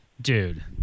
Dude